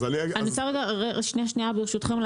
ברשותכם,